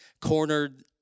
cornered